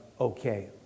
Okay